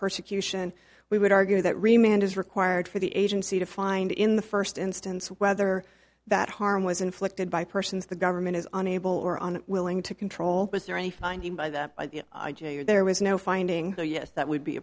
persecution we would argue that remained is required for the agency to find in the first instance whether that harm was inflicted by persons the government is unable or on willing to control is there any finding by the i j or there was no finding yes that would be